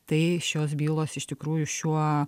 tai šios bylos iš tikrųjų šiuo